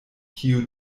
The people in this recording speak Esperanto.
kio